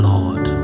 Lord